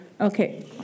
Okay